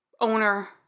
owner